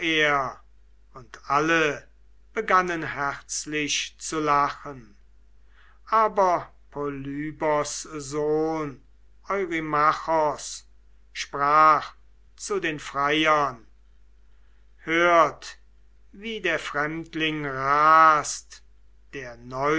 und alle begannen herzlich zu lachen aber polybos sohn eurymachos sprach zu den freiern hört wie der fremdling rast der